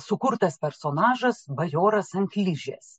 sukurtas personažas bajoras ant ližės